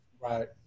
Right